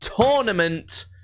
Tournament